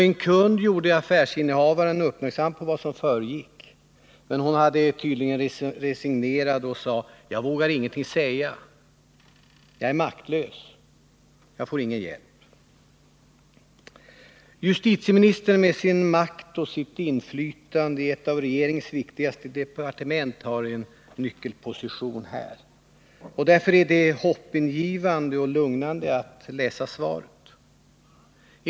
En kund gjorde affärsbiträdet uppmärksam på vad som försiggick. Men hon hade tydligen resignerat och sade: ”Jag vågar ingenting säga. Jag är maktlös och får ingen hjälp.” Justitieministern med sin makt och sitt inflytande i ett av regeringens viktigaste departement har här en nyckelposition. Därför är det hoppingivande och lugnande att läsa svaret.